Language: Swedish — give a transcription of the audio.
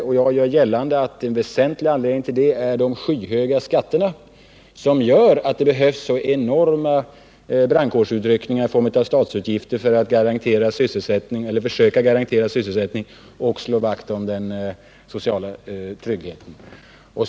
Och jag gör gällande att en väsentlig anledning till det är de skyhöga skatterna, som gör att det behövs sådana enorma brandkårsutryckningar i form av statsutgifter för att försöka garantera sysselsättning och slå vakt om den sociala tryggheten.